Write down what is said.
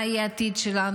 מה יהיה העתיד שלנו?